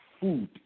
food